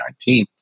2019